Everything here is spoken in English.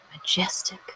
majestic